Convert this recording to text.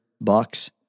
bucks